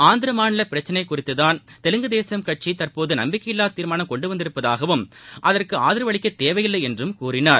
ஆந்திர மாநில பிரச்சினை குறித்துதான் தெலுங்கு தேசம் கட்சி தற்போது நம்பிக்கை இல்லா தீர்மானம் கொண்டு வந்திருப்பதாவும் அதற்கு ஆதரவு அளிக்கத் தேவையில்லை என்றும் கூறினார்